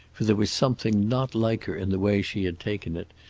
for there was something not like her in the way she had taken it,